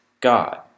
God